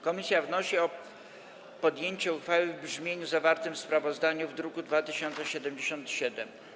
Komisja wnosi o podjęcie uchwały w brzmieniu zawartym w sprawozdaniu w druku nr 2077.